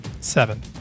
Seven